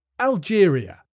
Algeria